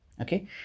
okay